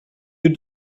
you